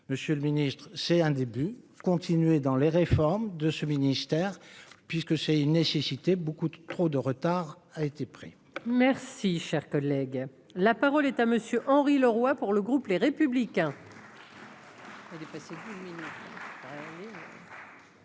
monsieur le Ministre, c'est un début, continuer dans les réformes de ce ministère, puisque c'est une nécessité beaucoup trop de retard a été pris. Merci, cher collègue, la parole est à monsieur Henri Leroy pour le groupe Les Républicains.